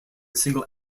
single